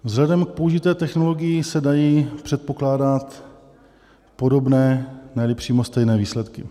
Vzhledem k použité technologii se dají předpokládat podobné, neli přímo stejné výsledky.